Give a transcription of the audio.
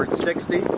sixty